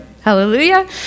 Hallelujah